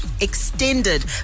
extended